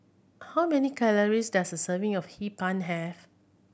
how many calories does a serving of Hee Pan have